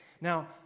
Now